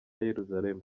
yeruzalemu